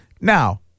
Now